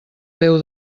déu